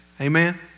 Amen